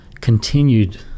continued